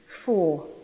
Four